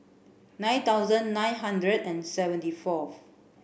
nine thousand nine hundred and seventy four